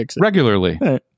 Regularly